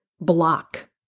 block